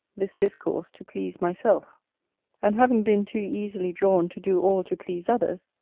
this discourse to please myself and, having been too easily drawn to do all to please others,